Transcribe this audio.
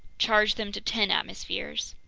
charge them to ten atmospheres.